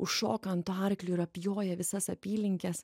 užšoka ant arklio ir apjoja visas apylinkes